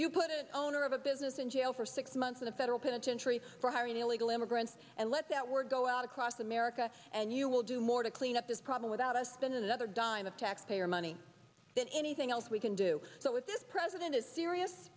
you put it owner of a business in jail for six months in a federal penitentiary for hiring illegal immigrants and let that we're go out across america and you will do more to clean up this problem without us than another dime of taxpayer money that anything else we can do that with this president is serious